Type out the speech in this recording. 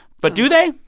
but do they?